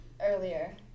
earlier